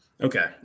Okay